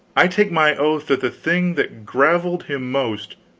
i take my oath that the thing that graveled him most,